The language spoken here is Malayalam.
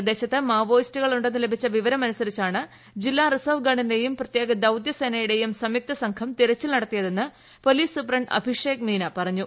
പ്രദേശത്ത് മാവോയിസ്റ്റുകളുടെ ന്നു ലഭിച്ച വിവരമനുസരിച്ചാണ് ജില്ലാ റിസർവ് ഗാർഡിന്റേയും പ്രത്യേക ദൌത്യ സേനയുടേയും സംയുക്ത സംഘം തിരച്ചിൽ നടത്തിയതെന്ന് പോലീസ് സൂപ്ര ് അഭിഷേക് മീന പറഞ്ഞു